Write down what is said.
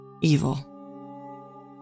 evil